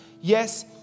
yes